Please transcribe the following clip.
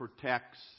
protects